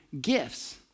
gifts